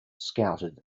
scouted